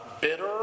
bitter